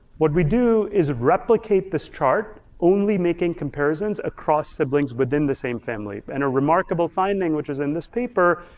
what we do is replicate this chart only making comparisons across siblings within the same family. and a remarkable finding, which is in this paper,